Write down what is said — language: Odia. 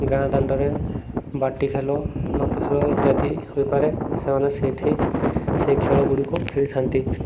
ଗାଁ ଦାଣ୍ଡରେ ବାଟି ଖେଳ ନଟୁ ଖେଳ ଇତ୍ୟାଦି ହୋଇପାରେ ସେମାନେ ସେଇଠି ସେଇ ଖେଳ ଗୁଡ଼ିିକ ଖେଳିଥାନ୍ତି